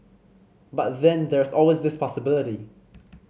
but then there's always this possibility